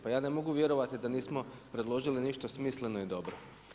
Pa ja ne mogu vjerovati da nismo predložiti ništa smisleno i dobro.